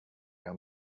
your